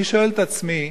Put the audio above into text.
אני שואל את עצמי,